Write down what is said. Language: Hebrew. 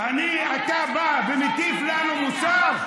אתה בא ומטיף לנו מוסר?